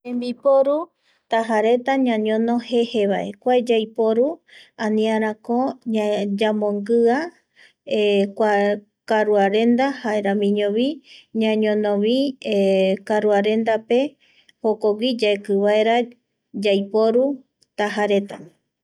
Tembiporu tajareta ñañono jejevae kua yaiporu ani arako yamonguia kua karuaremda jaeramiñovi ñañonovi karuarendape jokogui yaeki vaera yaiporu tajareta